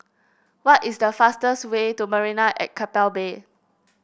what is the fastest way to Marina at Keppel Bay